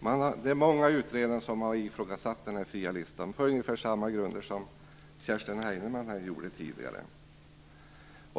Många inom utredningen har ifrågasatt den fria listan på ungefär samma grunder som Kerstin Heinemann gjorde tidigare här.